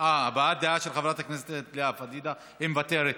הבעת דעה של חברת הכנסת לאה פדידה, היא מוותרת.